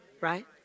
right